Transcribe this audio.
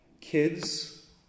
Kids